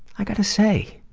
i gotta say,